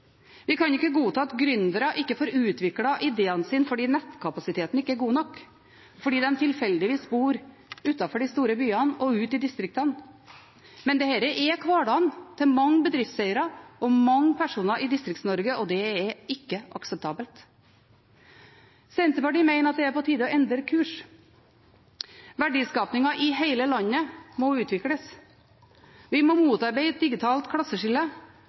Vi kan ikke godta at gründere ikke får utviklet ideene sine fordi nettkapasiteten ikke er god nok, fordi de tilfeldigvis bor utenfor de store byene og ute i distriktene. Men dette er hverdagen til mange bedriftseiere og mange personer i Distrikts-Norge, og det er ikke akseptabelt. Senterpartiet mener at det er på tide å endre kurs. Verdiskapingen i hele landet må utvikles. Vi må motarbeide et digitalt klasseskille,